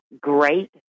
Great